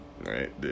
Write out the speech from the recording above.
right